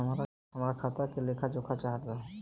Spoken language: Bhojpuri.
हमरा खाता के लेख जोखा चाहत बा?